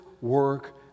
work